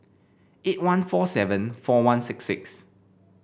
eight one four seven four one six six